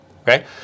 Okay